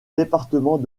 département